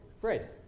Fred